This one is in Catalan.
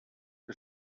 que